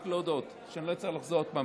רק להודות, שאני לא אצטרך לחזור עוד פעם.